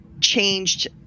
changed